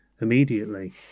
immediately